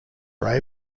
are